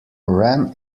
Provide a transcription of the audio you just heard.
ran